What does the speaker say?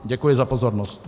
Děkuji za pozornost.